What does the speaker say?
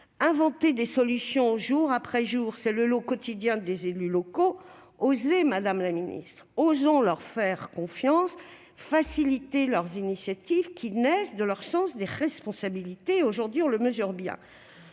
Inventer des solutions au jour après jour, c'est le lot quotidien des élus locaux. Osez, madame la ministre, osons leur faire confiance, faciliter leurs initiatives, qui naissent de leur sens des responsabilités, comme on le mesure bien